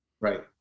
Right